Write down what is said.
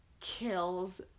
kills